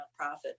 nonprofit